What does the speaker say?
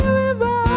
river